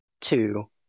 two